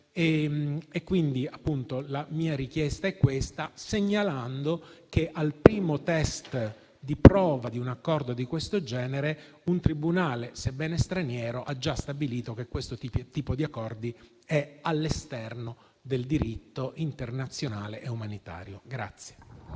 e organizzative. La mia richiesta è questa, segnalando che al primo test di prova di un accordo di questo genere un tribunale, sebbene straniero, ha già stabilito che questo tipo di accordi è all’esterno del diritto internazionale e umanitario.